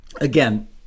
again